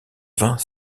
vingt